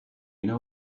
know